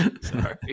sorry